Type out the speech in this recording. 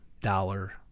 dollar